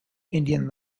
indian